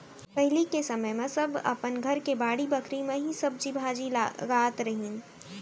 पहिली के समे म सब अपन घर के बाड़ी बखरी म ही सब्जी भाजी लगात रहिन